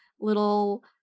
little